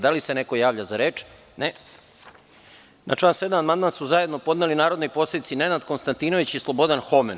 Da li neko želi reč? (Ne) Na član 7. amandman su zajedno podneli narodni poslanici Nenad Konstantinović i Slobodan Homen.